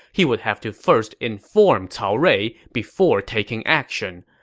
he would have to first inform cao rui before taking action.